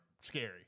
scary